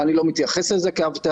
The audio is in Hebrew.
כמה רשמתי אתמול בלילה תוך כדי כדורגל?